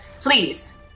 please